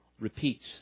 repeats